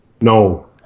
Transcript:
No